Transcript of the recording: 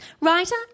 writer